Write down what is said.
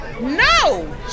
No